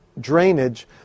drainage